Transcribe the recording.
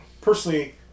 personally